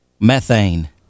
Methane